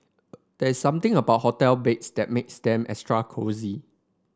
there's something about hotel beds that makes them extra cosy